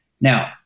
Now